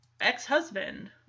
ex-husband